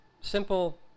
simple